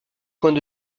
point